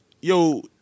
Yo